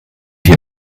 hier